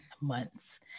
months